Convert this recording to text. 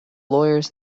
lawyers